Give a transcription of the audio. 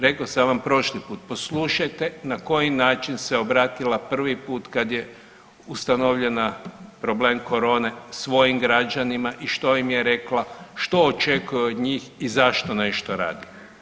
Rekao sam vam prošli put poslušajte se na koji način se obratila prvi put kad je ustanovljena problem korone svojim građanima i što im je rekla, što očekuje od njih i zašto nešto radi.